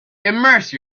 immerse